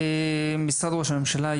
משרד ראש הממשלה,